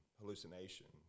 hallucination